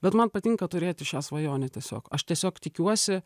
bet man patinka turėti šią svajonę tiesiog aš tiesiog tikiuosi